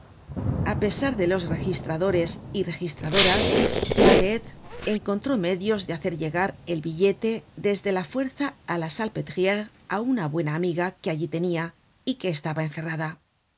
a pesar de los registradores y registradoras babet encontró medios de hacer llegar el billete desde la fuerza á la salpetriére áuna buena amiga que allí tenia y que estaba encerrada